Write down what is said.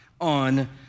on